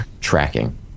tracking